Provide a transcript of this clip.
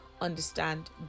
understand